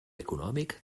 econòmic